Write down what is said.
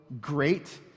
great